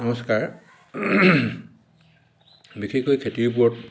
নমস্কাৰ বিশেষকৈ খেতিৰ ওপৰত